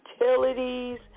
utilities